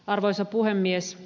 arvoisa puhemies